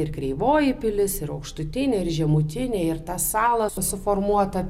ir kreivoji pilis ir aukštutinė ir žemutinė ir tą salą suformuotą